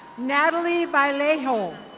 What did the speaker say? natalie bilayho.